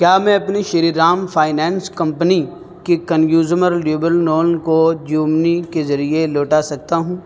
کیا میں اپنے شری رام فائنینس کمپنی کے کنزیوزمر ڈیوبل لون کو جیو منی کے ذریعے لوٹا سکتا ہوں